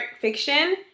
fiction